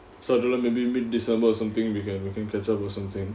so I don't know maybe mid december or something we can we can catch up or something